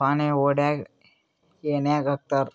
ಫಾಣೆ ಹೊಡ್ಯಾಗ್ ಎಣ್ಯಾಗ್ ಹಾಕ್ತಾರ್